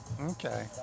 Okay